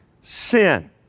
sin